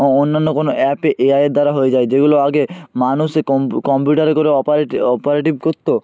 ও অন্যান্য কোনো অ্যাপে এআইয়ের দ্বারা হয়ে যায় যেগুলো আগে মানুষ কম্পিউটারে করে অপারেটিভ করত